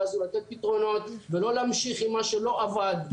הזו לתת פתרונות ולא להמשיך עם מה שלא עבד.